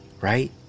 right